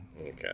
Okay